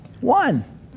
One